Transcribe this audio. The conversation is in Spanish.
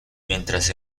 mientras